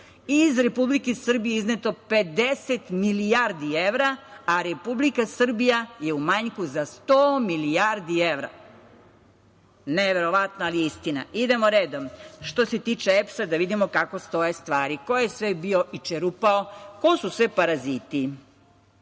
iz Republike Srbije je izneto 50 milijardi evra, a Republika Srbija je u manjku za 100 milijardi evra. Neverovatno, ali je istina. Idemo redom, što se tiče EPS-a, da vidimo kako stoje stvari, ko je sve bio i čerupao, ko su sve paraziti. Parazit